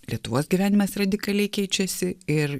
lietuvos gyvenimas radikaliai keičiasi ir